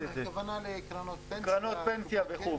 הכוונה לקרנות פנסיה וכו'.